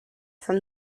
from